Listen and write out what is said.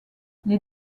les